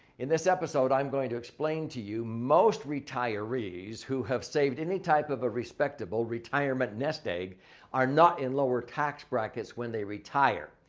in this episode, i'm going to explain to you most retirees who have saved any type of a respectable retirement nest egg are not in lower tax brackets when they retire.